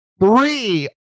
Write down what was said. three